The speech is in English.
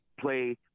play